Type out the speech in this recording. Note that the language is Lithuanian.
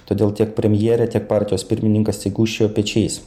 todėl tiek premjerė tiek partijos pirmininkas tik gūžčiojo pečiais